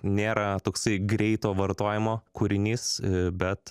nėra toksai greito vartojimo kūrinys bet